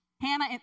Hannah